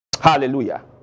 Hallelujah